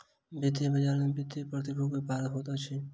वित्तीय बजार में वित्तीय प्रतिभूतिक व्यापार होइत अछि